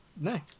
No